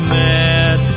mad